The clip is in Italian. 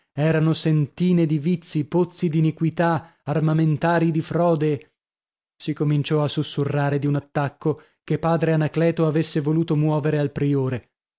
erano sentine di vizi pozzi d'iniquità armamentarii di frode si cominciò a sussurrare di un attacco che padre anacleto avesse voluto muovere al priore